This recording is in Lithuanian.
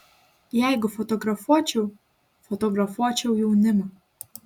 jeigu fotografuočiau fotografuočiau jaunimą